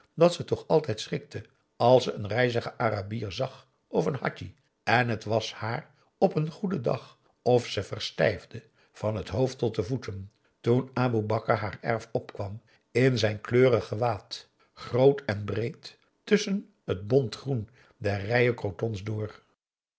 dat ze toch altijd schrikte als ze een rijzigen arabier zag of een hadji en het was haar op een goeden dag of ze verstijfde van het hoofd tot de voeten toen aboe bakar haar erf opkwam in zijn kleurig gewaad groot en breed tusschen het bontgroen der rijen crotons door